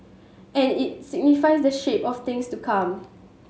and it signifies the shape of things to come